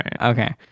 Okay